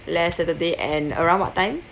last saturday and around what time